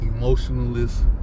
Emotionalist